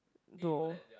no